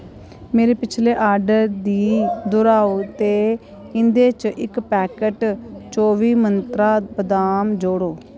मेरे पिछले आर्डर दी दर्हाओ ते इं'दे च इक पैकट चौबी मंत्रा बदाम जोड़ो